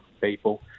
people